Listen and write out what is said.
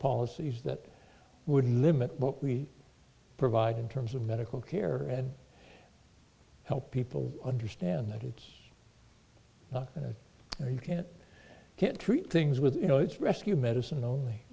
policies that would limit what we provide in terms of medical care and help people understand that it's not you can't can't treat things with you know it's rescue medicine only